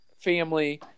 family